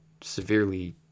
severely